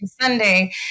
Sunday